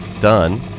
done